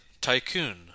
tycoon